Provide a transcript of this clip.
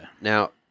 Now